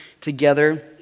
together